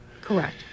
Correct